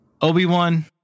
Obi-Wan